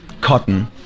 cotton